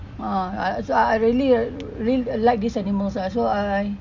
err I I really really liked this animals ah so I I